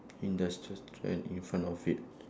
industrious strength in front of it